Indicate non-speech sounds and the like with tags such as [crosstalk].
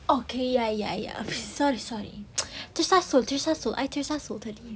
okay ya ya ya sorry sorry [noise] tersasul tersasul I tersasul